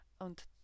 und